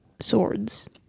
swords